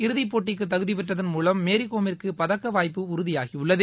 இறுதிப்போட்டிக்கு தகுதிபெற்றதன் மூலம் மேரிகோமிற்கு பதக்க வாய்ப்பு உறுதியாகியுள்ளது